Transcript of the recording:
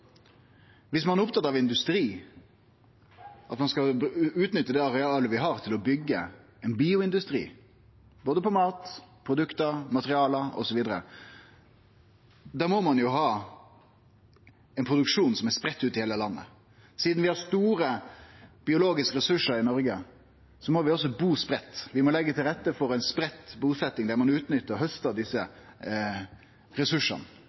ein er opptatt av industri, at ein skal utnytte det arealet vi har til å byggje ein bioindustri, både når det gjeld mat, produkt, materialar osv., må ein ha ein produksjon som er spreidd rundt i heile landet. Sidan vi har store biologiske ressursar i Noreg, må vi bu spreidd, vi må leggje til rette for ei spreidd busetjing der ein utnyttar og haustar desse ressursane,